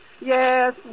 Yes